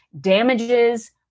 damages